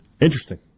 Interesting